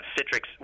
Citrix